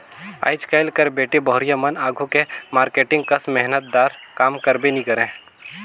आएज काएल कर बेटी बहुरिया मन आघु के मारकेटिंग कस मेहनत दार काम करबे नी करे